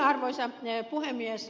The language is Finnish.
arvoisa puhemies